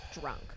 drunk